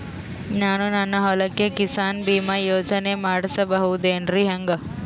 ನಾನು ನನ್ನ ಹೊಲಕ್ಕ ಕಿಸಾನ್ ಬೀಮಾ ಯೋಜನೆ ಮಾಡಸ ಬಹುದೇನರಿ ಹೆಂಗ?